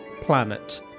planet